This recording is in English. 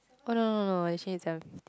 oh no actually it's seven fifteen